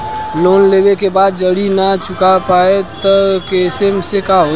Loan लेवे के बाद जड़ी ना चुका पाएं तब के केसमे का होई?